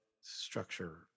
structure